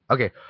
Okay